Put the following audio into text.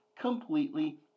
completely